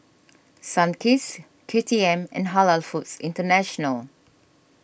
Sunkist K T M and Halal Foods International